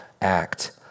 act